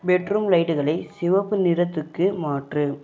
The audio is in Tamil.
பெட்ரூம் லைட்டுகளை சிவப்பு நிறத்துக்கு மாற்று